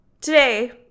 today